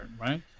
Right